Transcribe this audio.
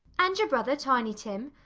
and your brother, tiny tim!